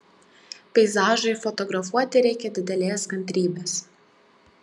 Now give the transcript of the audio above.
peizažui fotografuoti reikia didelės kantrybės